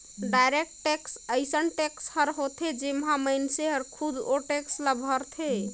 direct tax अइसन tax हर होथे जेम्हां मइनसे हर खुदे ओ टेक्स ल भरथे